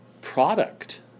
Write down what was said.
product